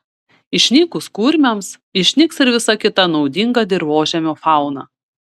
išnykus kurmiams išnyks ir visa kita naudinga dirvožemio fauna